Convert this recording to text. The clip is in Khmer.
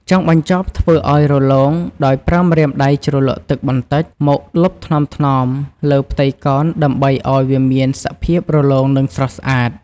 ចុងបញ្ជប់ធ្វើឱ្យរលោងដោយប្រើម្រាមដៃជ្រលក់ទឹកបន្តិចមកលុបថ្នមៗលើផ្ទៃកោណដើម្បីឱ្យវាមានសភាពរលោងនិងស្រស់ស្អាត។